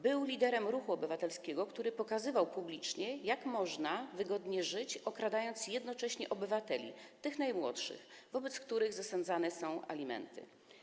Był liderem ruchu obywatelskiego, który pokazywał publicznie, jak można wygodnie żyć, okradając jednocześnie obywateli, tych najmłodszych, wobec których zasądzane są alimenty.